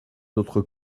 notre